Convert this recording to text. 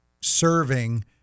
serving